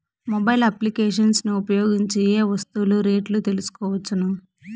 Mobile applications ను ఉపయోగించి ఏ ఏ వస్తువులు రేట్లు తెలుసుకోవచ్చును?